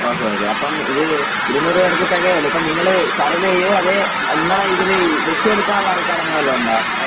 okay okay അപ്പം ഇത് ഇരുനൂറ് പേർക്ക് തികയില്ലേ ഇപ്പം നിങ്ങൾ സെർവ് ചെയ്യുമോ അതെ ആ നിങ്ങളെ ഇതിൽ വെച്ച് കൊടുക്കാനുള്ള ആൾക്കാർ അങ്ങനെ വല്ലതും ഉണ്ടോ ആ